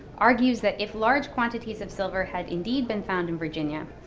argues that if large quantities of silver had indeed been found in virginia,